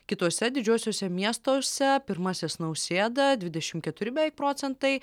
kituose didžiuosiuose miestuose pirmasis nausėda dvidešim keturi beveik procentai